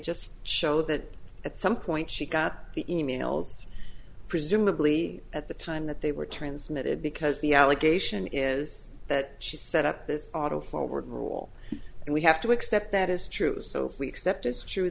just show that at some point she got the e mails presumably at the time that they were transmitted because the allegation is that she set up this auto forward rule and we have to accept that is true so if we accept as true